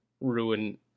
ruin